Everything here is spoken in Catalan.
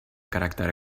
caràcter